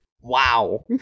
Wow